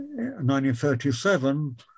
1937